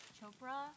Chopra